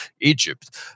egypt